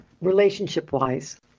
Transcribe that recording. relationship-wise